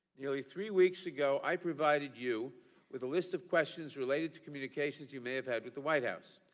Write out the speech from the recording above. nearly three weeks ago i provided you with a list of questions related to communications you may have had with the white house.